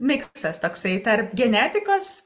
miksas toksai tarp genetikos